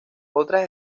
otras